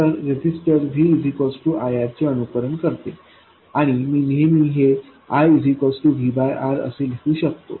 तर register V IR चे अनुसरण करते आणि मी नेहमी हे IVR असे लिहू शकतो